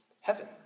heaven